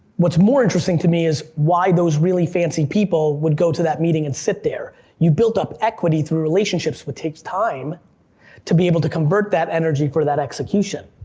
what's more interesting to me is, why those really fancy people would go to that meeting and sit there. you built up equity through relationships, which takes time to be able to convert that energy for that execution.